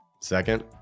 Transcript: Second